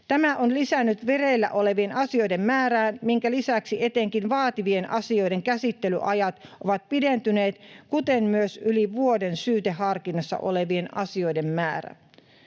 Tämä on lisännyt vireillä olevien asioiden määrää, minkä lisäksi etenkin vaativien asioiden käsittelyajat ovat pidentyneet kuten myös yli vuoden syyteharkinnassa olevien asioiden määrä.